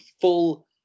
full